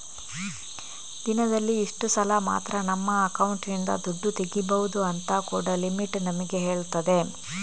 ದಿನದಲ್ಲಿ ಇಷ್ಟು ಸಲ ಮಾತ್ರ ನಮ್ಮ ಅಕೌಂಟಿನಿಂದ ದುಡ್ಡು ತೆಗೀಬಹುದು ಅಂತ ಕೂಡಾ ಲಿಮಿಟ್ ನಮಿಗೆ ಹೇಳ್ತದೆ